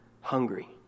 hungry